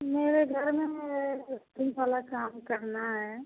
मेरे घर में वाला काम करना है